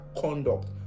conduct